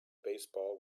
baseball